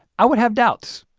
i would have doubts.